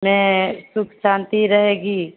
में सुख शांति रहेगी